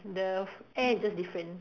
the air is just different